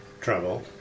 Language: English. trouble